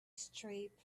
straight